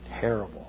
Terrible